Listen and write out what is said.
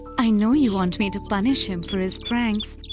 i know you want me to punish him for his pranks.